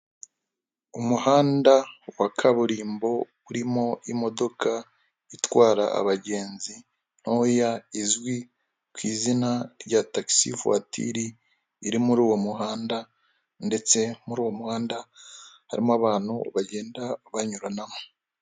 Umuhanda wa kaburimbo urimo imodoka itwara abagenzi ntoya izwi ku izina rya tagisi vuwatiri ndetse iri muri uwo muhanda ndetse muri uwo muhanda harimo abantu bagenda banyuranamo.